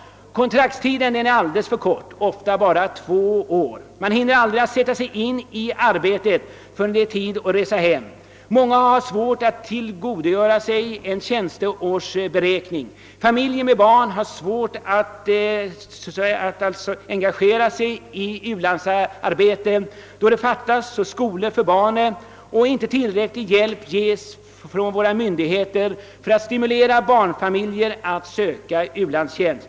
Kontraktstiden är för kort, ofta bara två år. Vederbörande hinner aldrig sätta sig in i arbetet förrän det är tid att resa hem igen. Många får inte heller tillgodogöra sig tjänsteårsberäkning. Familjer med barn har svårt att engagera sig i u-landsarbete därför att det saknas skolor för barnen och tillräcklig hjälp inte ges av våra myndigheter för att stimulera barnfamiljer att söka u-landstjänst.